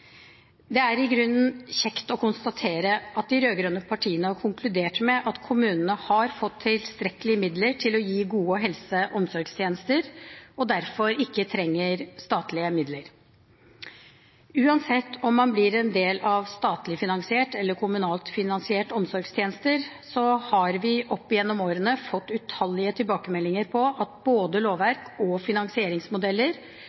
Det er i grunnen kjekt å konstatere at de rød-grønne partiene har konkludert med at kommunene har fått tilstrekkelig med midler til å gi gode helse- og omsorgstjenester og derfor ikke trenger statlige midler. Uansett om man blir en del av statlig finansierte eller kommunalt finansierte omsorgstjenester, har vi opp gjennom årene fått utallige tilbakemeldinger på at både lovverk og finansieringsmodeller